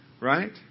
Right